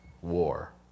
War